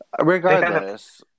Regardless